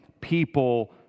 people